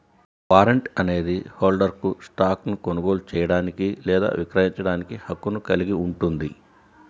warrant అనేది హోల్డర్కు స్టాక్ను కొనుగోలు చేయడానికి లేదా విక్రయించడానికి హక్కును కలిగి ఉంటుంది